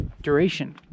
Duration